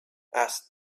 asked